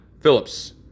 Phillips